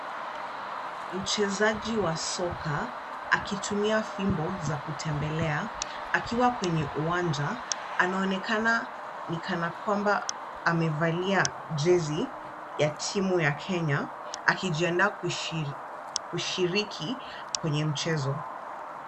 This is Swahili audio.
Mchezaji wa soka akitumia fimbo za kutembelea akiwa kwenye uwanja. Anaonekana ni kana kwamba amevalia jezi ya timu ya Kenya, akijiandaa kushiriki kwenye mchezo.